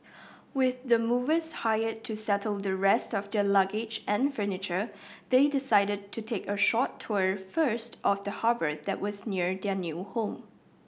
with the movers hired to settle the rest of their luggage and furniture they decided to take a short tour first of the harbour that was near their new home